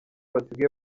basigaye